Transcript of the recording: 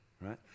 Right